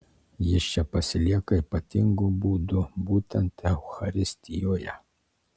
jis čia pasilieka ypatingu būdu būtent eucharistijoje